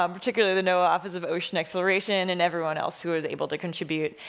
um particularly, the noaa office of ocean exploration, and everyone else who was able to contribute,